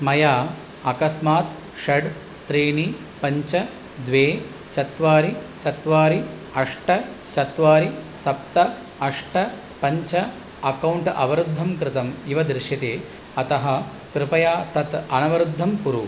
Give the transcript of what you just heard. मया अकस्मात् षड् त्रीणि पञ्च द्वे चत्वारि चत्वारि अष्ट चत्वारि सप्त अष्ट पञ्च अकौण्ट् अवरुद्धं कृतम् इव दृश्यते अतः कृपया तत् अनवरुद्धं कुरु